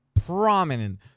prominent